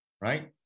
Right